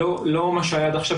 לא מה שהיה עד עכשיו,